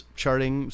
charting